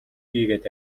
хийгээд